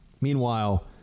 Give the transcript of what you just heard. Meanwhile